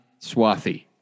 Swathy